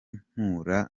mpura